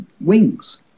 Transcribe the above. wings